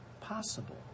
possible